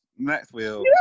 Maxwell